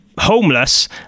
homeless